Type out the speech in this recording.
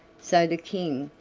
so the king,